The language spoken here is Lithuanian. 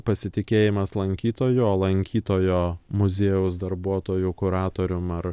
pasitikėjimas lankytoju o lankytojo muziejaus darbuotoju kuratorium ar